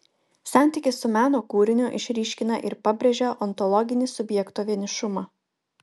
santykis su meno kūriniu išryškina ir pabrėžia ontologinį subjekto vienišumą